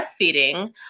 breastfeeding